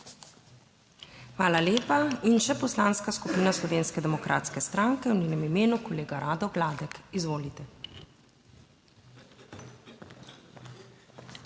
Hvala lepa. In še Poslanska skupina Slovenske demokratske stranke, v njenem imenu kolega Rado Gladek, izvolite.